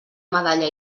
medalla